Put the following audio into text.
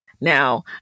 Now